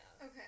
okay